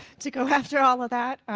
to go after all of that,